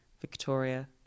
Victoria